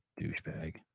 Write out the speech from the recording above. douchebag